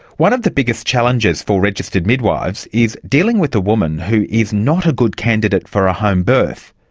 one of the biggest challenges for registered midwives is dealing with the woman who is not a good candidate for a homebirth,